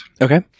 Okay